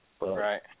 Right